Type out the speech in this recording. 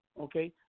Okay